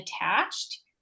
attached